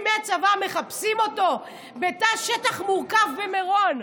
מהצבא מחפשים אותו בתא שטח מורכב במירון,